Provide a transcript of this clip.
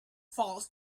falls